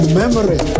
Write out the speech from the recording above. memory